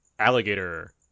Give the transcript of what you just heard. Alligator